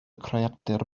creadur